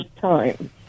time